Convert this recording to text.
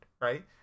right